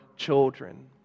children